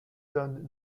done